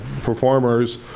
performers